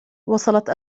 وصلت